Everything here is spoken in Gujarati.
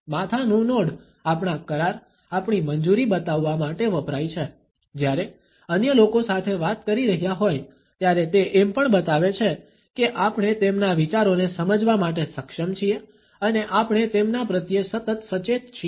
માથાનુ નોડ આપણા કરાર આપણી મંજૂરી બતાવવા માટે વપરાય છે જ્યારે અન્ય લોકો સાથે વાત કરી રહ્યા હોય ત્યારે તે એમ પણ બતાવે છે કે આપણે તેમના વિચારોને સમજવા માટે સક્ષમ છીએ અને આપણે તેમના પ્રત્યે સતત સચેત છીએ